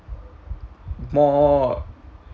more